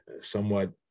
somewhat